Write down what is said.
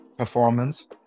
performance